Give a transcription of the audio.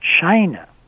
China